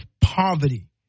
poverty